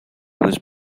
was